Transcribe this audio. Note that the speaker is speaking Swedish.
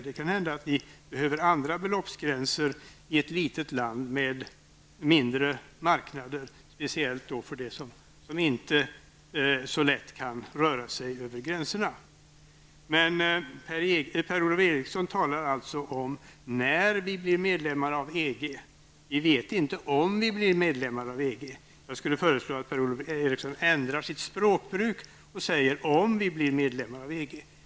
Det kan hända att vi behöver andra beloppsgränser i ett litet land med mindre marknader, speciellt för det som inte så lätt kan röra sig över gränserna. Men Per-Ola Eriksson talar om när vi blir medlemmar av EG. Vi vet inte om vi blir medlemmar. Jag skulle föreslå att Per-Ola Eriksson ändrar sitt språkbruk och säger om vi blir medlemmar i EG.